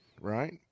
right